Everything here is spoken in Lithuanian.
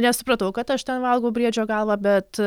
nesupratau kad aš ten valgau briedžio galvą bet